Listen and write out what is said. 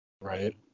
right